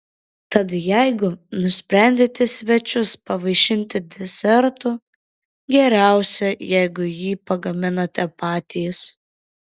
tad jeigu nusprendėte svečius pavaišinti desertu geriausia jeigu jį pagaminote patys